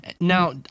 Now